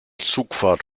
zugfahrt